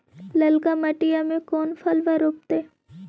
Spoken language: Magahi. ललका मटीया मे कोन फलबा रोपयतय?